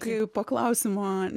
kai po klausimo